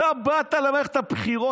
אתה באת למערכת הבחירות,